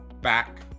back